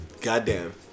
Goddamn